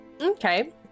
Okay